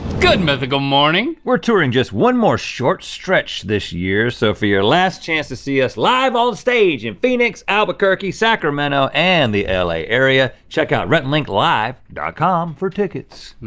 good mythical morning. we're touring just one more short stretch this year so for your last chance to see us live on stage in phoenix, albuquerque, sacramento and the la area, check out rhettandlinklive dot com for tickets.